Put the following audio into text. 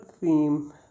theme